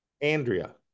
Andrea